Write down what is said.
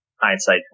hindsight